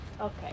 Okay